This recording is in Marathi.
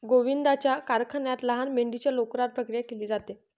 गोविंदाच्या कारखान्यात लहान मेंढीच्या लोकरावर प्रक्रिया केली जाते